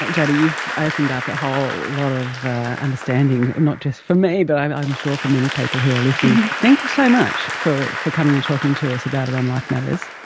ah jodee, you've opened up a whole lot of understanding and not just for me but i'm i'm sure for many people who are listening. thank you so much for for coming and talking to us about it on life matters.